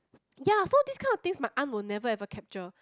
ya so this kind of things my aunt will never ever capture